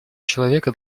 человека